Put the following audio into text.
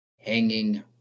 hanging